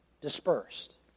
dispersed